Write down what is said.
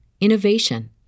innovation